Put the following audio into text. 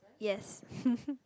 yes